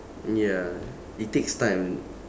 ya it takes time